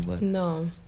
No